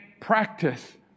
practice